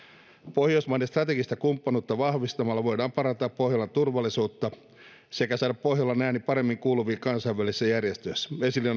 pohjoismaiden strategista kumppanuutta vahvistamalla voidaan parantaa pohjolan turvallisuutta sekä saada pohjolan ääni paremmin kuuluviin kansainvälisissä järjestöissä esille